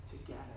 together